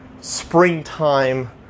Springtime